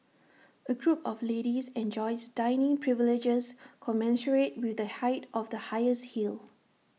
A group of ladies enjoys dining privileges commensurate with the height of the highest heel